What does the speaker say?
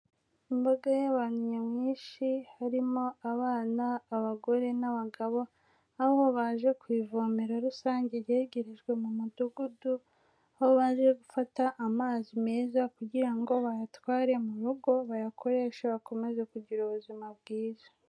Imbaga y'abantu nyamwinshi, harimo abana, abagore n'abagabo, aho baje ku ivomero rusange ryegerejwe mu mudugudu, aho baje gufata amazi meza kugira ngo bayatware mu rugo, bayakoreshe bakomeze kugira ubuzima bwiza.